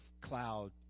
cloud